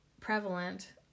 prevalent